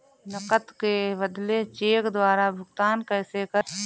नकद के बदले चेक द्वारा भुगतान कैसे करें?